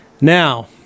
Now